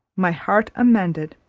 my heart amended,